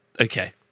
Okay